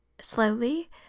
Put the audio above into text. slowly